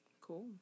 Cool